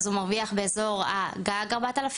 אז הוא מרוויח באזור הגג 4,000,